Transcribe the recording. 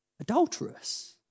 Adulterous